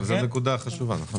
זו נקודה חשובה, נכון.